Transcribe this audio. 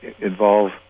involve